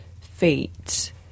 feet